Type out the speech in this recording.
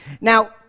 Now